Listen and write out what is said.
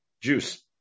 juice